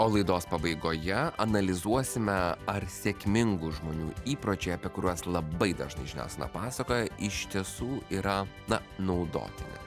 o laidos pabaigoje analizuosime ar sėkmingų žmonių įpročiai apie kuriuos labai dažnai žiniasklaida pasakoja iš tiesų yra na naudotini